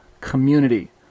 community